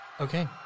Okay